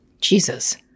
Jesus